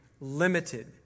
limited